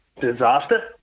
disaster